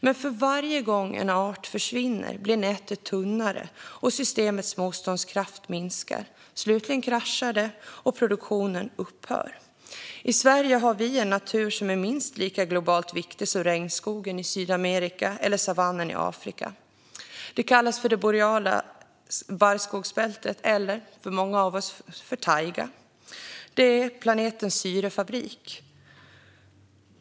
Men för varje gång en art försvinner blir nätet tunnare, och systemets motståndskraft minskar. Slutligen kraschar det, och produktionen upphör. I Sverige har vi en naturtyp som är minst lika globalt viktig som regnskogen i Sydamerika eller savannen i Afrika. Den kallas för det boreala barrskogsbältet eller, som många av oss säger, taigan. Det är planetens syrefabrik.